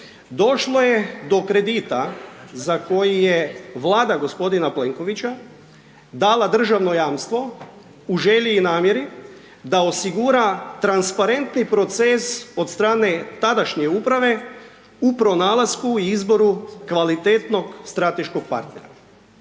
došlo je do kredita za koji je Vlada g. Plenkovića dala državno jamstvo u želji i namjeri da osigura transparentni proces od strane tadašnje uprave, u pronalasku i izboru kvalitetnog strateškog partnera.